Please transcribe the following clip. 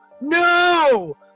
no